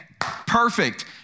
Perfect